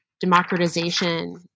democratization